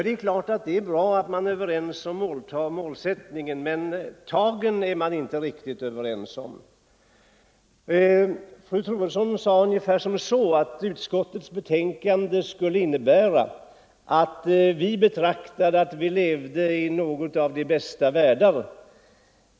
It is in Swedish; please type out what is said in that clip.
Det är naturligtvis bra att man är överens om målsättningen, men tagen är man inte riktigt överens om. Fru Troedsson sade ungefär som så, att utskottets betänkande skulle innebära att vi menade att vi lever i den bästa av världar.